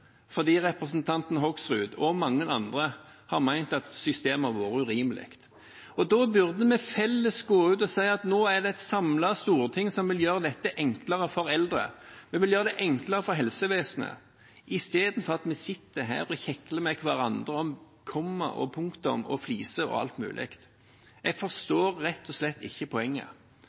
fordi representanten Hoksrud og mange andre har ment at systemet har vært urimelig. Da burde vi felles gå ut og si at nå er det et samlet storting som vil gjøre dette enklere for eldre, vi vil gjøre det enklere for helsevesenet, istedenfor å sitte her og kjekle med hverandre om komma og punktum og fliser og alt mulig. Jeg forstår rett og slett ikke poenget.